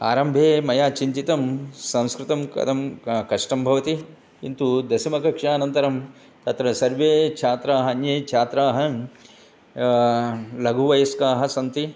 आरम्भे मया चिन्तितं संस्कृतं कथं क कष्टं भवति किन्तु दशमी कक्षानन्तरं तत्र सर्वे छात्राः अन्ये छात्राः लघुवयस्काः सन्ति